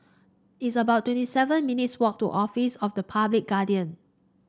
it's about twenty seven minutes walk to Office of the Public Guardian